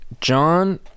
John